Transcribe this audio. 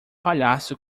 palhaço